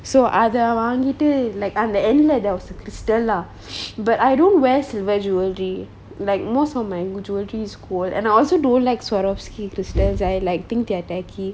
so அத வாங்கிட்டு:atha vangittu like அந்த:antha end lah there was a crystal lah but I don't wear silver jewelry like most of my majority is gold and I also don't like Swarovski to stress I like think they're tacky